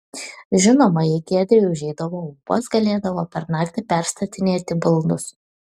žinoma jei giedriui užeidavo ūpas galėdavo per naktį perstatinėti baldus